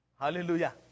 hallelujah